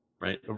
Right